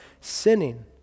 sinning